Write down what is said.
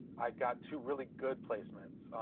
i've got two really good placements.